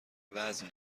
وزن